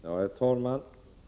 Herr talman!